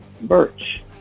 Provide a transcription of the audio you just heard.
Birch